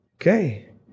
okay